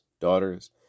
daughters